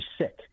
sick